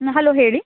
hello ಹೇಳಿ